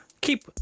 keep